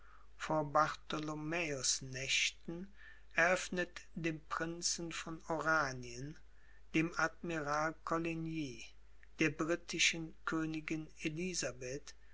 bartholomäusnächten eröffnet dem prinzen von oranien dem admiral coligny der brittischen königin elisabeth